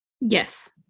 Yes